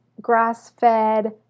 grass-fed